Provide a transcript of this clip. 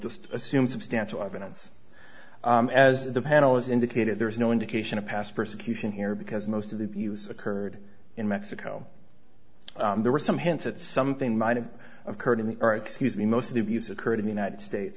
just assume substantial evidence as the panel has indicated there is no indication of past persecution here because most of the abuse occurred in mexico there were some hints that something might have occurred to me or excuse me most of the abuse occurred in the united states